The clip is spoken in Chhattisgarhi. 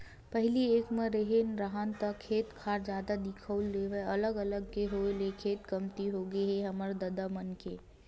पहिली एक म रेहे राहन ता खेत खार जादा दिखउल देवय अलग अलग के होय ले खेत कमती होगे हे हमर ददा मन के